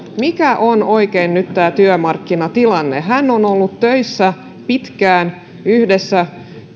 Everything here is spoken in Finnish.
mikä oikein on nyt tämä työmarkkinatilanne hän on ollut töissä pitkään yhdessä